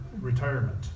retirement